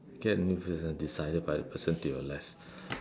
can if is decided by the person to your left